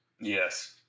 Yes